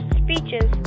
speeches